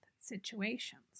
situations